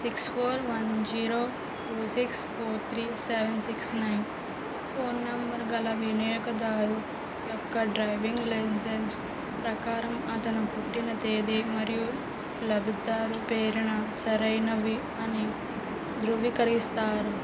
six four one zero two six four three seven six nine phone నంబర్గల వినియోగదారు యొక్క driving licence ప్రకారం అతని పుట్టిన తేది మరియు లబ్ధిదారు పేరు సరైనవి అని ధృవీకరిస్తారా